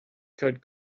could